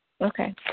Okay